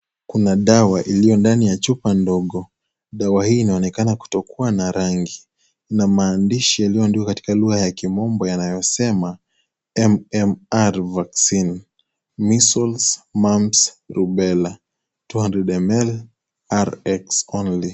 Kuna dawa iliyo ndani chupa ndogo. Dawa hii inaonekana kutokuwa na rangi na maandishi ya lugha ya kimombo yanayosema (cs)mmr vaccine, measles mumps lubella 200ml rx only(cs).